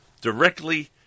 directly